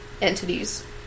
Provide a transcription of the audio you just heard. entities